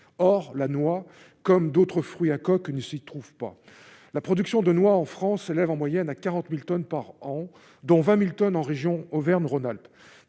or la noix comme d'autres fruits à coque une s'y trouve pas la production de noix en France s'élève en moyenne à 40000 tonnes par an, dont 20000 tonnes en région Auvergne-Rhône-Alpes